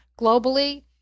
globally